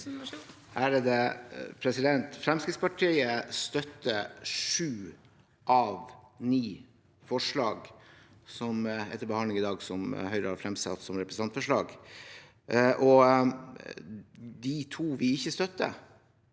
(komiteens leder): Fremskrittspartiet støtter sju av ni forslag som er til behandling i dag, som Høyre har fremsatt som representantforslag. De to vi ikke støtter,